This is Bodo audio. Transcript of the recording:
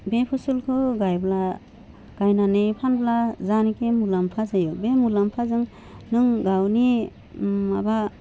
बे फसलखौ गाइब्ला गाइनानै फानब्ला जायनाखि मुलाम्फा जायो बे मुलाम्फाजों नों गावनि माबा